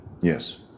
Yes